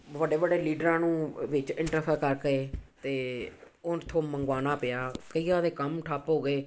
ਵੱਡੇ ਵੱਡੇ ਲੀਡਰਾਂ ਨੂੰ ਵਿੱਚ ਇੰਟਰਫੇਰ ਕਰਕੇ ਅਤੇ ਉੱਥੋਂ ਮੰਗਵਾਉਣਾ ਪਿਆ ਕਈਆਂ ਦੇ ਕੰਮ ਠੱਪ ਹੋ ਗਏ